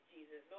Jesus